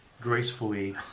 gracefully